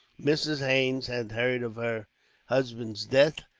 mrs. haines had heard of her husband's death,